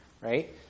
right